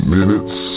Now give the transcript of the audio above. Minutes